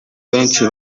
benshi